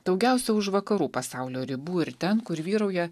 daugiausia už vakarų pasaulio ribų ir ten kur vyrauja